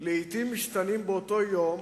לעתים באותו יום